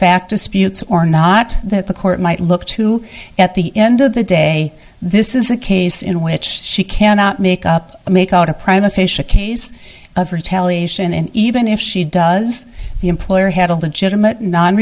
artifact disputes or not that the court might look to at the end of the day this is a case in which she cannot make up make out a prime official case of her tally and even if she does the employer had a legitimate non